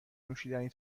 نوشیدنی